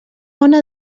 ona